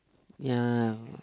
ya